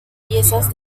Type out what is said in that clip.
piezas